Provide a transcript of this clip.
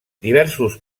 diversos